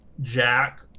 jack